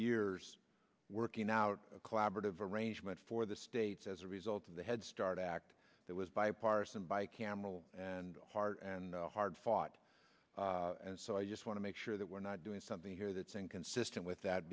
years working out a collaborative arrangement for the states as a result of the head start act that was bipartisan bi cameral and hard and hard fought and so i just want to make sure that we're not doing something here that's inconsistent